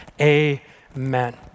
Amen